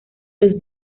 los